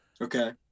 Okay